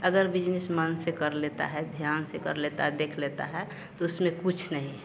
अगर बिजनिस मन से कर लेता है ध्यान से कर लेता है देख लेता है तो उसमें कुछ नहीं है